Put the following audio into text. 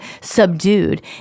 subdued